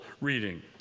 reading